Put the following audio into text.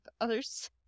others